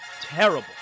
terrible